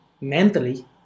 mentally